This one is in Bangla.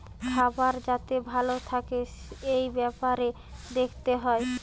খাবার যাতে ভালো থাকে এই বেপারে দেখতে হয়